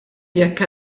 jekk